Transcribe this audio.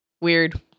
Weird